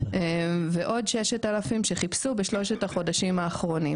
ועוד 6,000 שחיפשו בשלושת החודשים האחרונים.